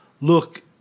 look